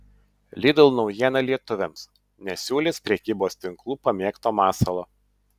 lidl naujiena lietuviams nesiūlys prekybos tinklų pamėgto masalo